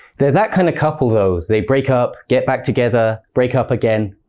they're that kind of couple, though they break up, get back together, break up again.